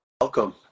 Welcome